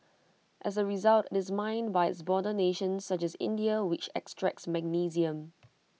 as A result this mined by its border nations such as India which extracts magnesium